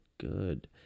Good